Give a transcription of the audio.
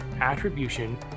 attribution